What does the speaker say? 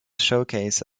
showcase